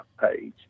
page